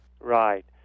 Right